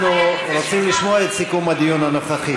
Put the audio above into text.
אנחנו רוצים לשמוע את סיכום הדיון הנוכחי.